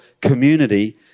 community